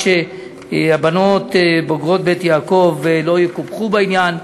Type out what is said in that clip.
שהבנות בוגרות "בית יעקב" לא יקופחו בעניין.